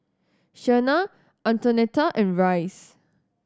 Shenna Antonetta and Rice